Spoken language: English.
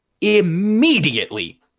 immediately